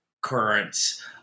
currents